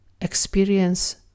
experience